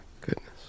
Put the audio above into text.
Goodness